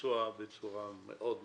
לביצוע בצורה מאוד מרשימה.